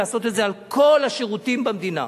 לעשות את זה על כל השירותים במדינה.